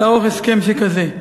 לערוך הסכם שכזה.